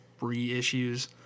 reissues